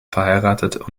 verheiratet